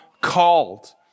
called